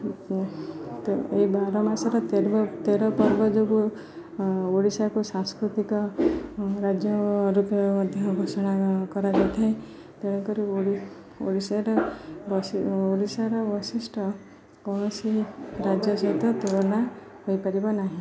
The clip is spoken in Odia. ଏହି ବାର ମାସର ତେର ପର୍ବ ଯୋଗୁଁ ଓଡ଼ିଶାକୁ ସାଂସ୍କୃତିକ ରାଜ୍ୟ ରୂପେ ମଧ୍ୟ ଘୋଷଣା କରାଯାଇଥାଏ ତେଣୁ କରି ଓଡ଼ିଶାର ଓଡ଼ିଶାର ବୈଶିଷ୍ଟ୍ୟ କୌଣସି ରାଜ୍ୟ ସହିତ ତୁଳନା ହୋଇପାରିବ ନାହିଁ